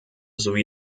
sowie